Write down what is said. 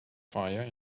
fire